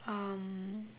um